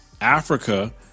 Africa